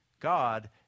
God